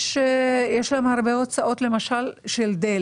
יש הרבה הוצאות על דלק,